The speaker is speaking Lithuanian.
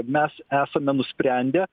mes esame nusprendę